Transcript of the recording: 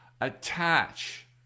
attach